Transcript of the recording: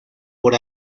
por